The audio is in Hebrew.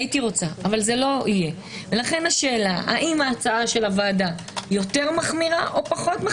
לכן השאלה האם הצעת הוועדה יותר מחמירה או פחות.